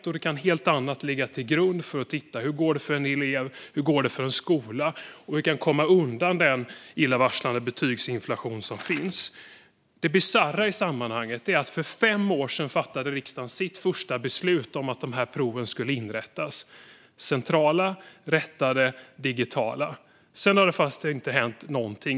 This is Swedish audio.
Då kan de på ett helt annat sätt ligga till grund för att se hur det går för en elev och för en skola. På så sätt kan vi komma undan den illavarslande betygsinflation som finns. Det bisarra i sammanhanget är att riksdagen för fem år sedan fattade sitt första beslut om att digitala och centralt rättade prov skulle införas. Sedan dess har det inte hänt något.